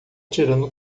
tirando